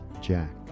Jack